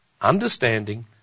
understanding